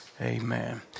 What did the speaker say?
amen